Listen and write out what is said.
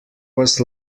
was